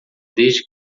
desde